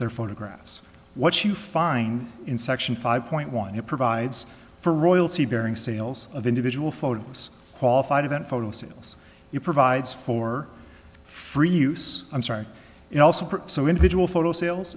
their photographs what you find in section five point one it provides for royalty bearing sales of individual photos qualified event photo sales it provides for free use i'm sorry and also so individual photo sales